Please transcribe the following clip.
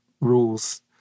rules